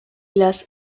las